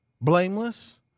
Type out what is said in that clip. blameless